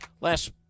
last